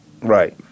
Right